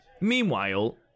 Meanwhile